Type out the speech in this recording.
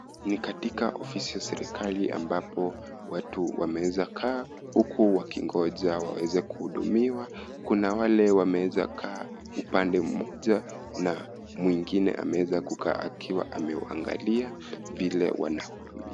Ni katika ofisi ya serekali ambapo watu wameweza kaa huku wakingoja waweze kuhudumiwa. Kuna wale wameweza kaa upande moja na mwingine ameweza kukaa akiwa ameangalia vile wanahudumiwa.